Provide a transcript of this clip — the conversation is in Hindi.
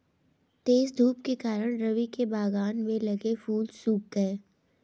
तेज धूप के कारण, रवि के बगान में लगे फूल सुख गए